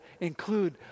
include